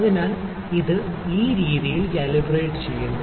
അതിനാൽ ഇത് ഈ രീതിയിൽ കാലിബ്രേറ്റ് ചെയ്യുന്നു